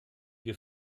wir